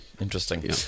Interesting